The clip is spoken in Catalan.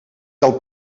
del